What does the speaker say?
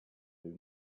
blue